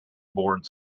board